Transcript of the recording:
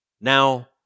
Now